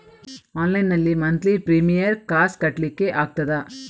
Online ನಲ್ಲಿ monthly premier ಕಾಸ್ ಕಟ್ಲಿಕ್ಕೆ ಆಗ್ತದಾ?